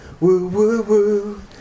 Woo-woo-woo